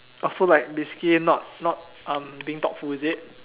oh so like basically not not uh being thoughtful is it